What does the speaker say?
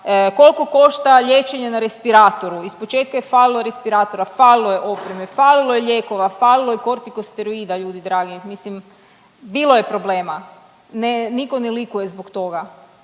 koliko košta liječenje na respiratoru. Ispočetka je falilo respiratora, falilo je opreme, falilo je lijekova, falilo je kortikosteroida ljudi dragi, mislim bilo je problema. Ne, nitko ne likuje zbog toga.